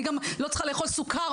אני גם לא צריכה לאכול סוכר,